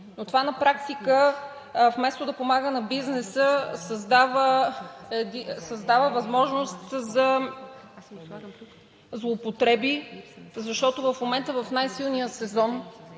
но това на практика, вместо да помага на бизнеса, създава възможност за злоупотреби. Защото в момента в най-силния сезон